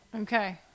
Okay